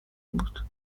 بود